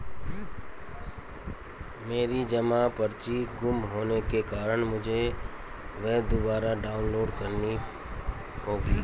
मेरी जमा पर्ची गुम होने के कारण मुझे वह दुबारा डाउनलोड करनी होगी